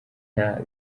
nta